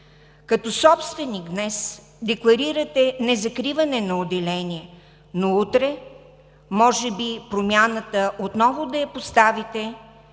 Като собственик днес декларирате незакриване на отделения, но утре може би отново ще поставите